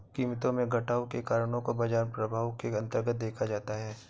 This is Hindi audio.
कीमतों में घटाव के कारणों को बाजार प्रभाव के अन्तर्गत देखा जाता है